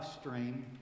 stream